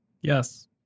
Yes